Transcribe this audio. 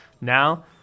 now